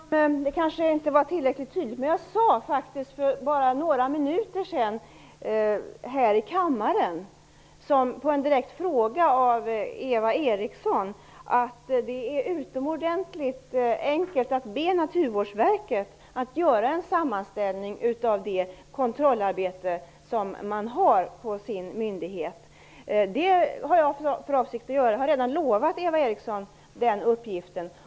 Herr talman! Det kanske inte var tillräckligt tydligt, men jag sade för bara några minuter sedan här i kammaren, på en direkt fråga av Eva Eriksson, att det är utomordentligt enkelt att be Naturvårdsverket att göra en sammanställning av det kontrollarbete som har gjorts av den myndigheten. Det har jag för avsikt att göra; jag har redan lovat Eva Eriksson den uppgiften.